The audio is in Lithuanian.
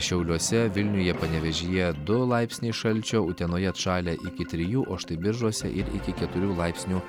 šiauliuose vilniuje panevėžyje du laipsniai šalčio utenoje atšalę iki trijų o štai biržuose ir iki keturių laipsnių